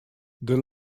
der